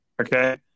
okay